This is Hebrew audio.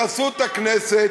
בחסות הכנסת,